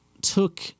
took